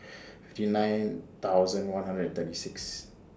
fifty nine thousand one hundred and thirty six